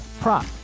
prop